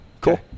Cool